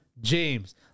James